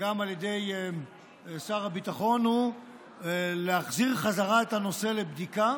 וגם על ידי שר הביטחון הוא להחזיר בחזרה את הנושא לבדיקה,